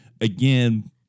again